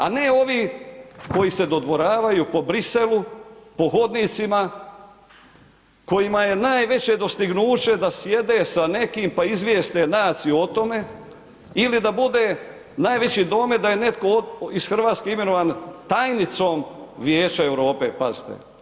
A ne ovi koji se dodvoravaju po Briselu, po hodnicima kojima je najveće dostignuće da sjede sa nekim pa izvijeste nas i o tome ili da bude najveći domet da je netko iz Hrvatske imenovan tajnicom Vijeća Europe, pazite.